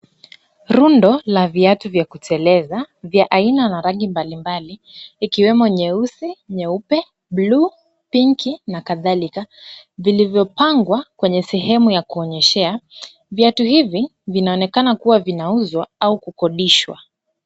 Rundo la viatu vya kuteleza vya aina na rangi mbali mbali, ikiwemo nyeusi, nyeupe, buluu, pink na kadhalika, vilivyopangwa kwenye sehemu ya kuonyeshea. Viatu hivi vinaonekana kuwa vinauzwa au kukodishwa.